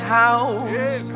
house